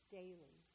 daily